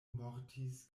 mortis